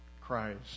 Christ